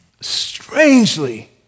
strangely